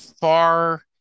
far